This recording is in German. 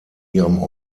ihrem